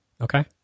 Okay